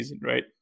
right